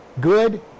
good